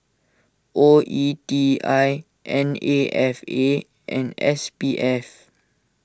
O E T I N A F A and S P F